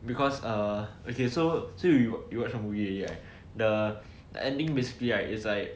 because err okay so you you watch the movie already right the ending basically right